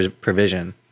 provision